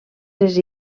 les